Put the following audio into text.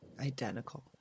identical